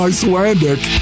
Icelandic